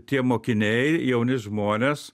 tie mokiniai jauni žmonės